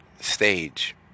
stage